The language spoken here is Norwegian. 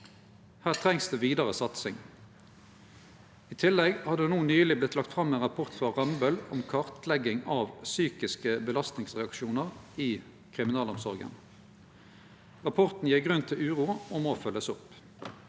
Her trengst det vidare satsing. I tillegg har Rambøll nyleg lagt fram ein rapport om kartlegging av psykiske belastningsreaksjonar i kriminalomsorga. Rapporten gjev grunn til uro og må følgjast opp.